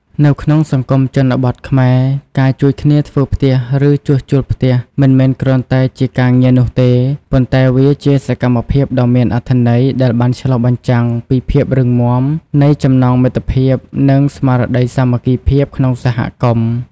នៅក្នុងសង្គមជនបទខ្មែរ ការជួយគ្នាធ្វើផ្ទះឬជួសជុលផ្ទះមិនមែនគ្រាន់តែជាការងារនោះទេ ប៉ុន្តែវាជាសកម្មភាពដ៏មានអត្ថន័យដែលបានឆ្លុះបញ្ចាំងពីភាពរឹងមាំនៃចំណងមិត្តភាពនិងស្មារតីសាមគ្គីភាពក្នុងសហគមន៍។